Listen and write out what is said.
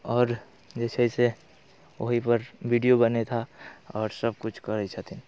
आओर जे छै से ओहिपर वीडिओ बनेता आओर सबकिछु करै छथिन